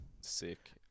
sick